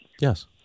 Yes